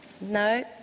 No